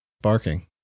barking